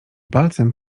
palcem